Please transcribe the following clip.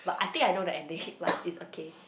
but I think I know the ending but it's okay